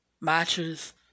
matches